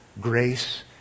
grace